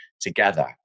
together